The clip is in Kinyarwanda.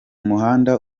muhanda